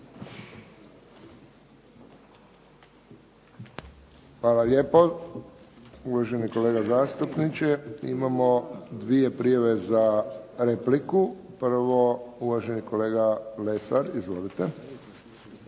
Hvala lijepo uvaženi kolega zastupniče. Imamo dvije prijave za repliku. Prvo uvaženi kolega Lesar.